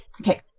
Okay